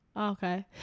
Okay